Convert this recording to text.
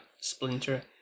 splinter